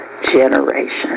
generation